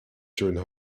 during